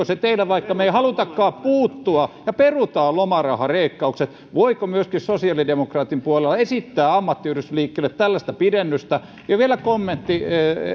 se teille vaikka me emme haluakaan puuttua ja perutaan lomarahaleikkaukset voiko myöskin sosiaalidemokraattinen puolue esittää ammattiyhdistysliikkeelle tällaista pidennystä vielä kommentti